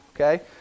Okay